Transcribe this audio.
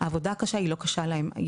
העבודה הקשה היא לא קשה להם,